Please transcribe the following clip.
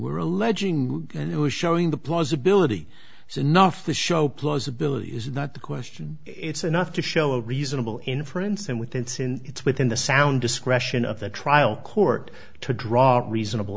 were alleging and it was showing the plausibility is enough to show plausibility is not the question it's enough to show a reasonable inference and with it's in it's within the sound discretion of the trial court to draw a reasonable